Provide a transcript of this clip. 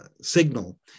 signal